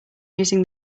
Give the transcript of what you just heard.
using